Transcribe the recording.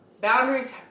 Boundaries